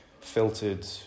filtered